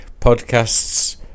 podcasts